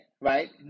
right